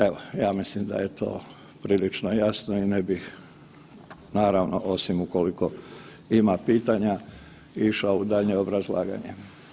Evo, ja mislim da je to prilično jasno i ne bih naravno osim ukoliko ima pitanja išao u daljnje obrazlaganje.